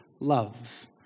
love